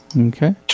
Okay